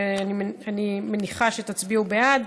ואני מניחה שתצביעו בעד.